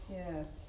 yes